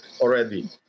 already